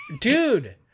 dude